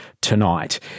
tonight